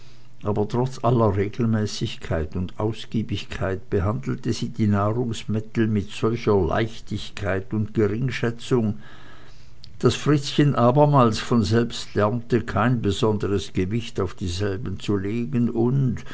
aber trotz aller regelmäßigkeit und ausgiebigkeit behandelte sie die nahrungsmittel mit solcher leichtigkeit und geringschätzung daß fritzchen abermals von selbst lernte kein besonderes gewicht auf dieselben zu legen und